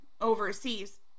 overseas